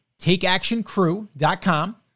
takeactioncrew.com